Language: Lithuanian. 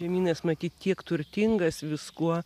žemynas matyt tiek turtingas viskuo